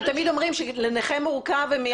הם תמיד אומרים שלנכה מורכב הם יאשרו.